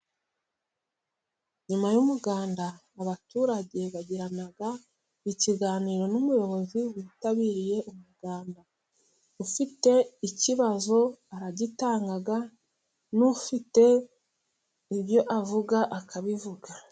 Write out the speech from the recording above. Nyuma y'umuganda abaturage bagirana ikiganiro n'umuyobozi witabiriye umuganda, ufite ikibazo aragitanga n'ufite ibyo avuga akabivuga.